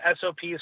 SOPs